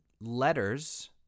letters